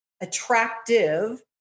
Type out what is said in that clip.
attractive